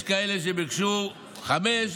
יש כאלה שביקשו חמש,